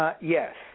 Yes